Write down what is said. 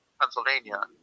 Pennsylvania